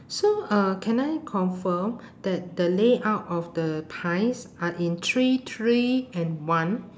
so uh can I confirm that the layout of the pies are in three three and one